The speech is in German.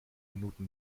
minuten